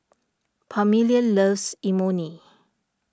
Permelia loves Imoni